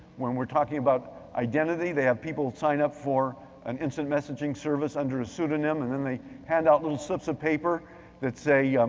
when we're talking about identity, they have people sign up for an instant messaging service under a pseudonym, and then they hand out little slips of paper that say, yeah um